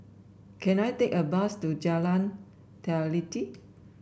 can I take a bus to Jalan Teliti